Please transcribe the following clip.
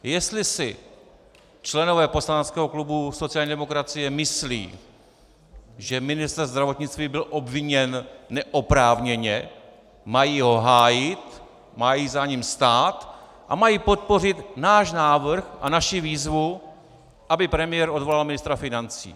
Jestli si členové poslaneckého klubu sociální demokracie myslí, že ministr zdravotnictví byl obviněn neoprávněně, mají ho hájit, mají za ním stát a mají podpořit náš návrh a naši výzvu, aby premiér odvolal ministra financí.